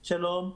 שלום.